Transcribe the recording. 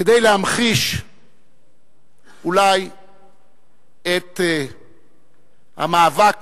כדי להמחיש אולי את המאבק